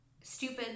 stupid